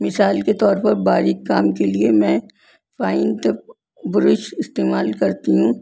مثال کے طور پر باریک کام کے لیے میں فائن ت برش استعمال کرتی ہوں